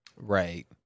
Right